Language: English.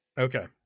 Okay